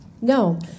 No